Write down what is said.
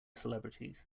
celebrities